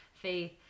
faith